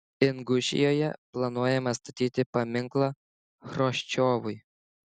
ingušijoje planuojama statyti paminklą chruščiovui